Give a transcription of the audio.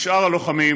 ושאר הלוחמים,